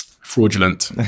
fraudulent